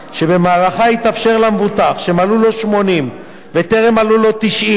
שבמהלכה יתאפשר למבוטח שמלאו לו 80 וטרם מלאו לו 90,